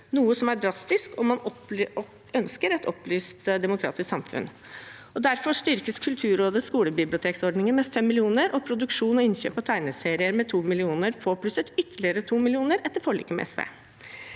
noe som er drastisk om man ønsker et opplyst demokratisk samfunn. Derfor styrkes Kulturrådets skolebibliotekordning med 5 mill. kr og produksjon og innkjøp av tegneserier med 2 mill. kr – påplusset ytterligere 2 mill. kr etter forliket med SV.